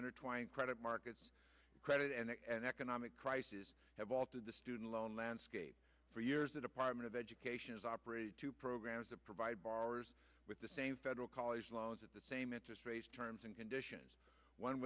enter twine credit markets credit and economic crisis have altered the student loan landscape for years the department of education is operating two programs that provide borrowers with the same federal college loans at the same interest rates terms and conditions one